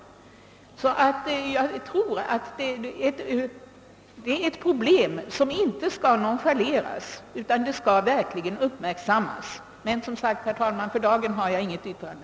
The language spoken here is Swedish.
Dessa problem skall enligt min mening inte nonchaleras, utan uppmärksammas. Men, herr talman, för dagen har jag inget yrkande.